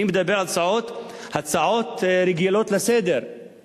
אני מדבר על הצעות רגילות לסדר-היום.